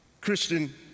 Christian